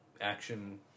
action